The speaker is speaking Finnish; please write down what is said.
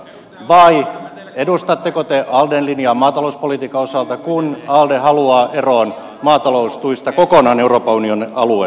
vai edustettako te alden linjaa maatalouspolitiikan osalta kun alde haluaa eroon maataloustuista kokonaan euroopan unionin alueella